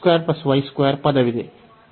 ಆದ್ದರಿಂದ ನಮಗೆ ಪದವಿದೆ